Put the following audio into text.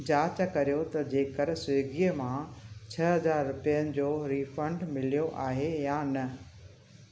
जांच करियो त जेकर स्विगीअ मां छह हज़ार रुपयनि जो रीफ़ंड मिलियो आहे या न